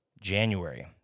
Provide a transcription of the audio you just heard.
January